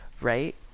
right